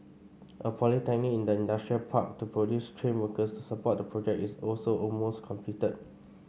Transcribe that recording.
a polytechnic in the industrial park to produce trained workers to support the project is also almost completed